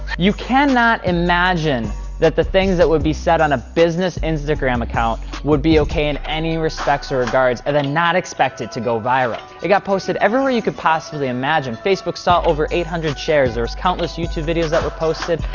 cannot imagine that the things that would be said on a business instagram account would be okay in any respects or regards, and then not expect it to go viral. it got posted everywhere you could possibly imagine. facebook saw over eight hundred shares. there was countless youtube videos that were posted.